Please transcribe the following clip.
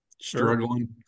struggling